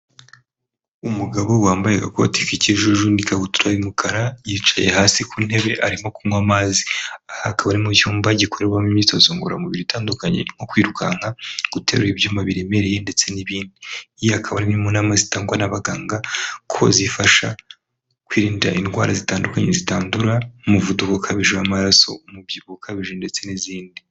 Umugabo wambaye agakoti k'ikijuju n'ikakabutura y'umukara, yicaye hasi ku ntebe, arimo kunywa amazi. Aha akaba ari mu cyumba gikorerwamo imyitozo ngororamubiri itandukanye, nko kwirukanka, guterura ibyuma biremereye ndetse n'ibindi. Yewe hakaba hari n'inama zitangwa n'abaganga, ko zifasha kwirinda indwara zitandukanye zitandura, nk'umuvuduko ukabije w'amaraso, umubyibuho ukabije ndetse n'izindi.